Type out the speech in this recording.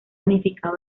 unificado